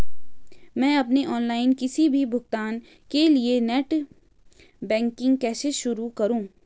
मैं अपने ऑनलाइन किसी भी भुगतान के लिए नेट बैंकिंग कैसे शुरु करूँ?